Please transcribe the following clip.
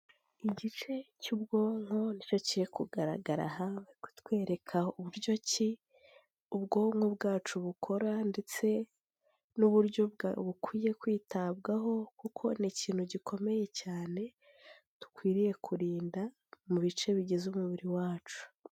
Igice cy'ubwonko nicyo kiri kugaragara aha, bari kutwereka uburyo ki ubwonko bwacu bukora ndetse n'uburyo bukwiye kwitabwaho kuko ni ikintu gikomeye cyane, dukwiriye kurinda mu bice bigize umubiri wacu.